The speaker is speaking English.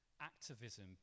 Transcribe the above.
Activism